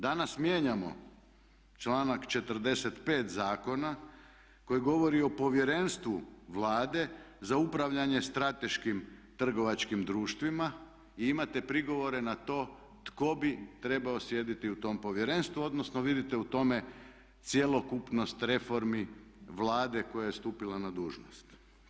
Danas mijenjamo članak 45.zakona koji govori o povjerenstvu Vlade za upravljanje strateškim trgovačkim društvima i imate prigovore na to tko bi trebao sjediti u tom povjerenstvo odnosno vidite u tome cjelokupnost reformi Vlade koja je stupila na dužnost.